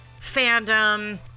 fandom